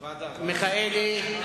חבר הכנסת מיכאלי?